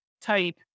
type